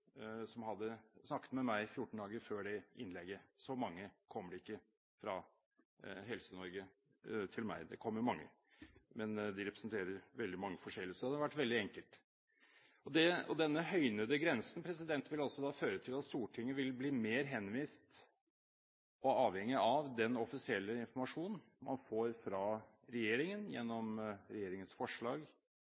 som hadde snakket med meg 14 dager før det innlegget – så mange kommer det ikke fra Helse-Norge til meg, men de representerer veldig mange forskjellige, så det hadde vært veldig enkelt. Denne høynede grensen vil føre til at Stortinget vil bli mer henvist til og avhengig av den offisielle informasjonen man får fra regjeringen, gjennom regjeringens forslag,